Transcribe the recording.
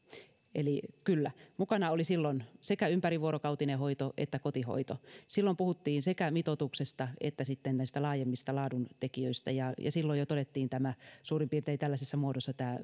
eli kyllä mukana oli silloin sekä ympärivuorokautinen hoito että kotihoito silloin puhuttiin sekä mitoituksesta että sitten näistä laajemmista laadun tekijöistä ja silloin jo todettiin suurin piirtein tällaisessa muodossa tämä